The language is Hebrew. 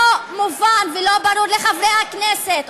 לא מובן ולא ברור לחברי הכנסת,